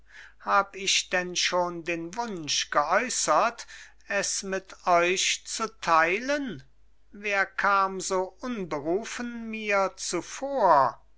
hab ich denn schon den wunsch geäußert es mit euch zu teilen wer kam so unberufen mir zuvor